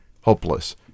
hopeless